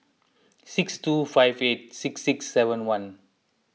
six two five eight six six seven one